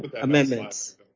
amendments